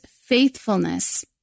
faithfulness